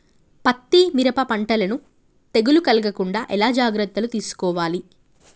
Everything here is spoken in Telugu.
పత్తి మిరప పంటలను తెగులు కలగకుండా ఎలా జాగ్రత్తలు తీసుకోవాలి?